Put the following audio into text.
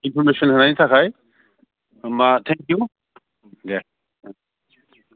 information होनायनि थाखाय होनबा थेंक इउ देह